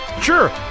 Sure